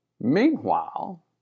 Meanwhile